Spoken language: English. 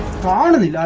fallen in the like